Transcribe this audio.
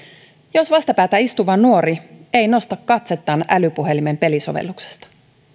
jos vastapäätä istuva nuori ei nosta katsettaan älypuhelimen pelisovelluksesta